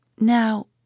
Now